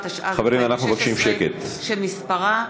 20 בעד, שני מתנגדים,